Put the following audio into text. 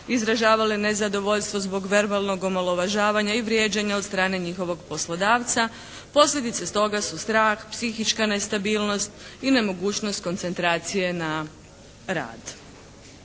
izražavale nezadovoljstvo zbog verbalnog omalovažavanja i vrijeđanja od strane njihovog poslodavca. Posljedice toga su strah, psihička nestabilnost i nemogućnost koncentracije na rad.